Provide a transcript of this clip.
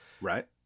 Right